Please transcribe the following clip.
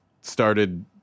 started